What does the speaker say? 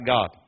God